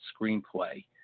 screenplay